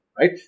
right